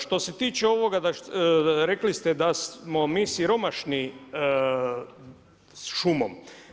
Što se tiče ovoga rekli ste da smo mi siromašni šumom.